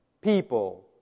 people